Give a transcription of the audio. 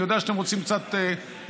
אני יודע שאתם רוצים קצת לנוח,